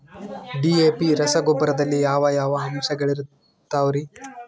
DAP ರಸಗೊಬ್ಬರದಲ್ಲಿ ಯಾವ ಯಾವ ಅಂಶಗಳಿರುತ್ತವರಿ?